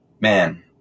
man